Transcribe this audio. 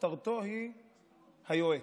כותרתו היא: היועץ,